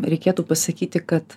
reikėtų pasakyti kad